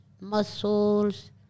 muscles